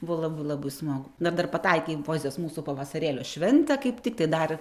buvo labai labai smagu dar dar pataikė į poezijos mūsų pavasarėlio šventę kaip tiktai dar ir